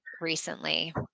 recently